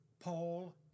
Paul